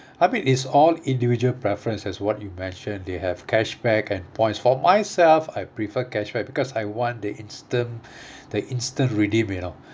I mean it's all individual preference as what you mention they have cashback and points for myself I prefer cashback because I want the instant the instant redeem you know